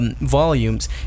volumes